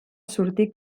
sortir